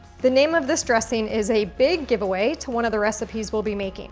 the name of this dressing is a big giveaway to one of the recipes we'll be making